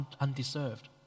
undeserved